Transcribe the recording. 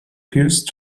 pierced